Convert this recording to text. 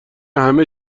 همه